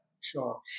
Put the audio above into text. Sure